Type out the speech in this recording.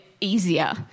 easier